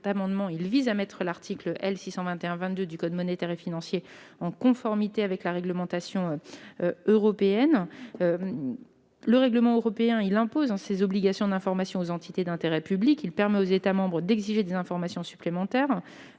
vise à mettre l'article L. 621-22 du code monétaire et financier en conformité avec la réglementation européenne. En outre, le règlement européen impose ces obligations d'information aux entités d'intérêt public et permet aux États membres d'exiger des informations supplémentaires.